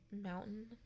mountain